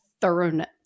thoroughness